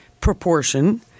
proportion